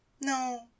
No